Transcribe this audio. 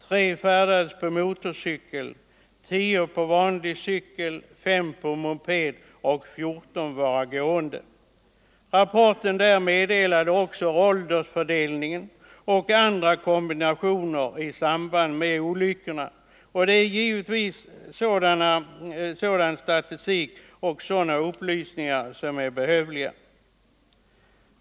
3 färdades på motorcykel, 10 på vanlig cykel, 5 på moped och 14 var gående. Rapporten meddelade också åldersfördelning och en del andra förhållanden i samband med olyckorna. Det är givet att sådan statistik och sådana upplysningar är behövliga.